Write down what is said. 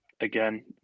again